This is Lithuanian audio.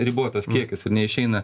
ribotas kiekis ir neišeina